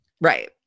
Right